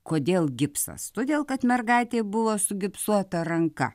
kodėl gipsas todėl kad mergaitė buvo su gipsuota ranka